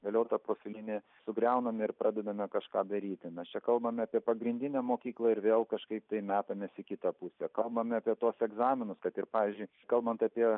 vėliau tą profilinį sugriaunam ir pradedame kažką daryti mes čia kalbame apie pagrindinę mokyklą ir vėl kažkaip tai metamės į kitą pusę kalbame apie tuos egzaminus kad ir pavyzdžiui kalbant apie